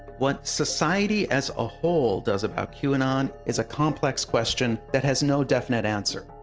what society as a whole does about qanon is a complex question that has no definite answer.